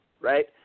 right